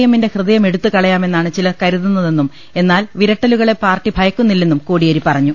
എമ്മിന്റെ ഹൃദയ മെടുത്തുകളയാമെന്നാണ് ചിലർ കരുതന്നതെന്നും എന്നാൽ വിര ട്ടലുകളെ പാർട്ടി ഭയക്കുന്നില്ലെന്നും കോടിയേരി പറഞ്ഞു